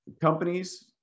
companies